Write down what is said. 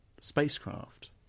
spacecraft